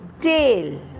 tail